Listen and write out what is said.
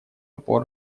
опор